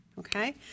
Okay